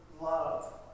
love